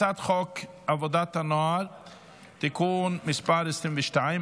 אני קובע כי הצעת חוק לתיקון פקודת בתי הסוהר (מס' 64,